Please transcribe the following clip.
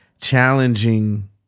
challenging